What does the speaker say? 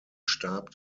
stab